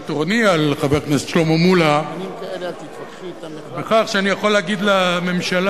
יתרוני על חבר הכנסת שלמה מולה בכך שאני יכול להגיד לממשלה,